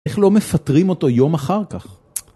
איך לא מפטרים אותו יום אחר כך?